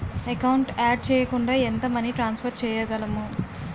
Account add చేయకుండా ఎంత money transfer చేయగలము?